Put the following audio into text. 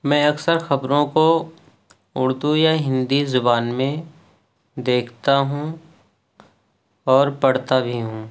میں اکثر خبروں کو اردو یا ہندی زبان میں دیکھتا ہوں اور پڑھتا بھی ہوں